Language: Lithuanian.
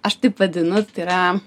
aš taip vadinu tai yra